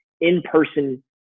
in-person